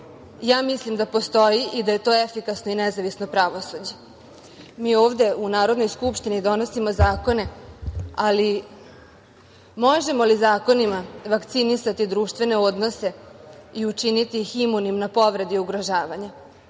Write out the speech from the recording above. Mislim da postoji i da je to efikasno i nezavisno pravosuđe. Mi ovde u Narodnoj skupštini donosimo zakone, ali možemo li zakonima vakcinisati društvene odnose i učiniti ih imunim na povredi ugrožavanja?